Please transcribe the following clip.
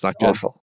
awful